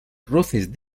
roces